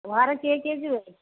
କିଏ କିଏ ଯିବେ